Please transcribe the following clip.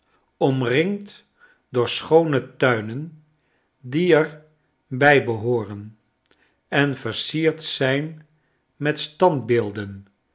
omringd door schoone tuinen die er bij behooren en versierd zijn met standbeelden